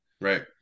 right